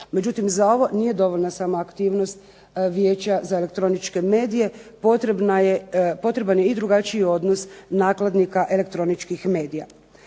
Međutim, za ovo nije dovoljna samo aktivnost Vijeća za elektroničke medije, potreban je i drugačiji odnos nakladnika elektroničkih medija.